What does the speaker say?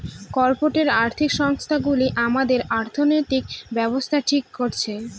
corporate আর্থিক সংস্থানগুলো আমাদের অর্থনৈতিক ব্যাবস্থা ঠিক করছে